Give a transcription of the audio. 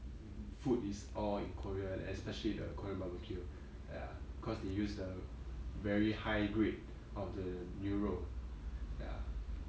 food is all in korea especially the korean barbecue ah ya cause they use the very high grade of the 牛肉 ya